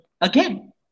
again